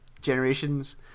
generations